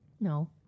No